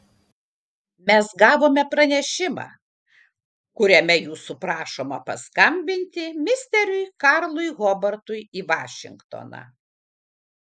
mes gavome pranešimą kuriame jūsų prašoma paskambinti misteriui karlui hobartui į vašingtoną